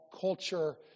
culture